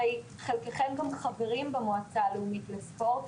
הרי חלקכם גם חברים במועצה הלאומית לספורט,